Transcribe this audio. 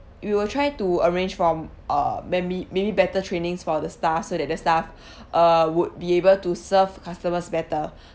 we will try to arrange from uh maybe maybe better trainings for the staff so that the staff uh would be able to serve customers better